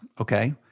okay